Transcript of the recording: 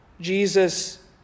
Jesus